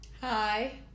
Hi